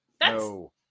No